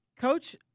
Coach